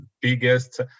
biggest